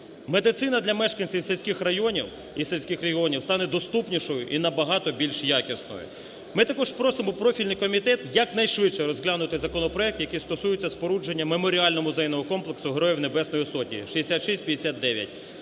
Медицина для мешканців сільських районів і сільських регіонів стане доступнішою і набагато більш якісною. Ми також просимо профільний комітет якнайшвидше розглянути законопроект, який стосується спорудження меморіально-музейного комплексу Героїв Небесної Сотні (6659).